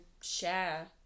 share